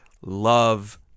love